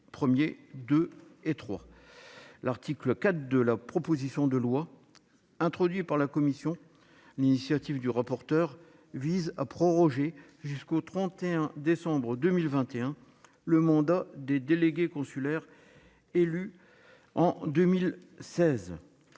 L'article 4 de la proposition de loi, introduit par la commission sur l'initiative du rapporteur, vise à proroger jusqu'au 31 décembre 2021 le mandat des délégués consulaires élus en 2016.